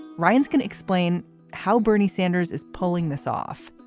ryan's can explain how bernie sanders is pulling this off.